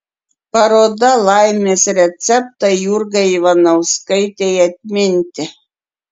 paroda laimės receptai jurgai ivanauskaitei atminti